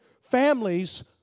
families